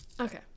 Okay